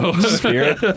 Spirit